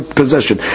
possession